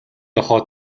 нохой